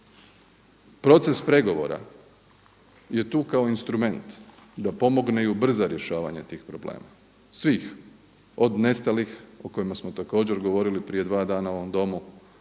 Proces pregovora je tu kao instrument da pomogne i ubrza rješavanje tih problema svih, od nestalih o kojima smo također govorili prije dva dana u ovom Domu,